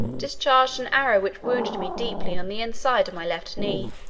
discharged an arrow which wounded me deeply on the inside of my left knee